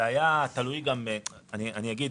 אני אגיד.